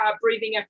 breathing